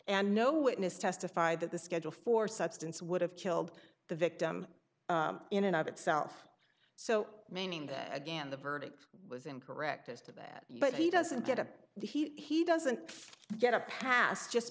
and no witness testified that the schedule for substance would have killed the victim in and of itself so meaning that again the verdict was incorrect as to that but he doesn't get a the he doesn't get a pass just